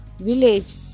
village